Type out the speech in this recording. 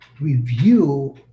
review